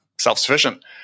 self-sufficient